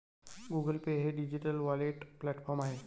Google Pay हे digital wallet platform आहे